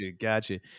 gotcha